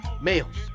males